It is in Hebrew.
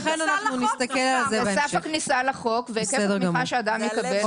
סף הכניסה לחוק והיקף התמיכה שאדם יקבל.